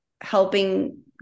helping